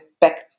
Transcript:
back